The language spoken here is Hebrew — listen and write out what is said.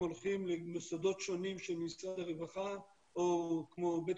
אם הולכים למוסדות שונים של משרד הרווחה או בית